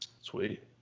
Sweet